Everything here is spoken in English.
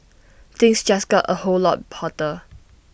things just got A whole lot hotter